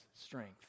strength